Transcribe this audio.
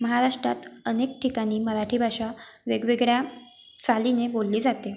महाराष्ट्रात अनेक ठिकाणी मराठी भाषा वेगवेगळ्या चालीने बोलली जाते